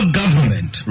government